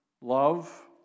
love